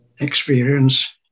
experience